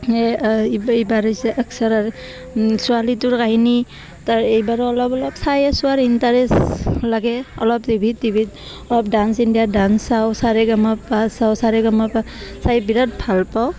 স এইবাৰ হৈছে এক্সাৰাৰ ছোৱালীটোৰ কাহিনী তাৰ এইবাৰো অলপ অলপ চাই আছো আৰ ইণ্টাৰেষ্ট লাগে অলপ টিভিত টিভিত অলপ ডান্স ইণ্ডিয়া ডান্স চাওঁ চা ৰে গা মা পা চাওঁ চা ৰে গা মা পা চাই বিৰাট ভাল পাওঁ